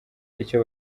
icyo